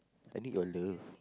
I need your love